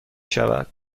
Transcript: شود